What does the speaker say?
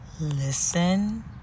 Listen